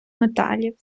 металів